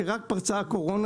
כשרק פרצה הקורונה,